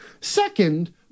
Second